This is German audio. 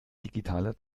digitaler